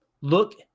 Look –